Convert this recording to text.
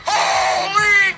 Holy